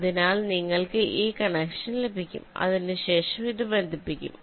അതിനാൽ നിങ്ങൾക്ക് ഈ കണക്ഷൻ ലഭിക്കും അതിനുശേഷം ഇത് ബന്ധിപ്പിക്കും